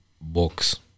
box